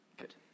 Good